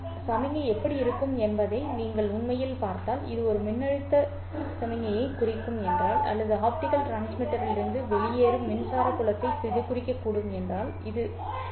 சமிக்ஞை எப்படி இருக்கும் என்பதை நீங்கள் உண்மையில் பார்த்தால் இது ஒரு மின்னழுத்த சமிக்ஞையை குறிக்கும் என்றால் அல்லது ஆப்டிகல் டிரான்ஸ்மிட்டரிலிருந்து வெளியேறும் மின்சார புலத்தை இது குறிக்கக்கூடும் என்றால் இது ஒன்றாகும்